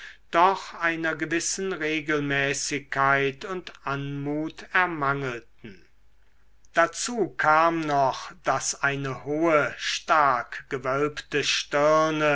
doch einer gewissen regelmäßigkeit und anmut ermangelten dazu kam noch daß eine hohe stark gewölbte stirne